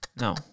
No